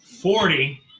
forty